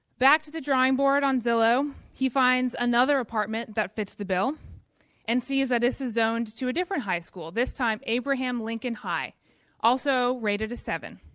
back to the drawing board on zillow he finds another apartment that fits the bill and sees that this is zoned to a different high school this time abraham lincoln high also rated a seven.